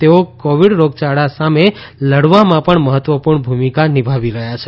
તેઓ કોવિડ રોગયાળા સામે લડવામાં પણ મહત્વપુર્ણ ભુમિકા નિભાવી રહયાં છે